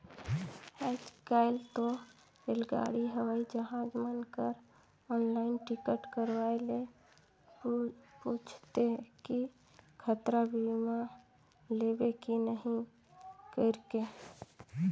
आयज कायल तो रेलगाड़ी हवई जहाज मन कर आनलाईन टिकट करवाये ले पूंछते कि यातरा बीमा लेबे की नही कइरके